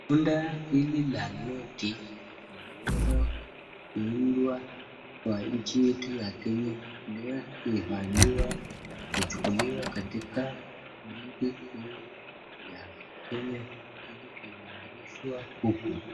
Bunda hili la noti liweze kuundwa kwa nchi yetu ya Kenya liliweza kuhifadhiwa na kuchukuliwa katika benki kuu ya Kenya ili kuimarishwa huku.